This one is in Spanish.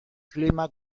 clima